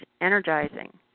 energizing